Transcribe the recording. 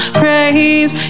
praise